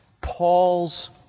Paul's